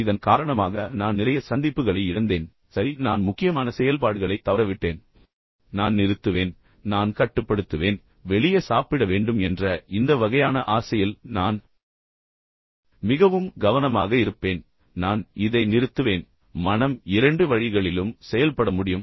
இதன் காரணமாக நான் நிறைய சந்திப்புகளை இழந்தேன் சரி நான் முக்கியமான செயல்பாடுகளை தவறவிட்டேன் நான் நிறுத்துவேன் நான் கட்டுப்படுத்துவேன் எனவே வெளிய சாப்பிட வேண்டும் என்ற இந்த வகையான ஆசையில் எனவே நான் மிகவும் கவனமாக இருப்பேன் சரி நான் இதை நிறுத்துவேன் மனம் இரண்டு வழிகளிலும் செயல்பட முடியும்